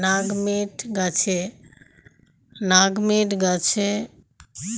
nutmeg গাছে ফলন হওয়া জায়ফলকে মেস বলা হয়